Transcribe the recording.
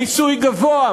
מיסוי גבוה,